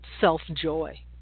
self-joy